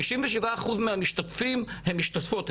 חמישים ושבעה אחוז מהמשתתפים הם משתתפות,